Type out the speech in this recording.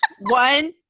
One